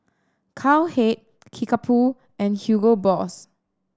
Cowhead Kickapoo and Hugo Boss